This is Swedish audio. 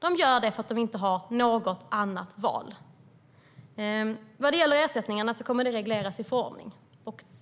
De gör det därför att de inte har något val. Vad gäller ersättningarna kommer dessa att regleras i förordningen.